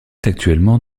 actuellement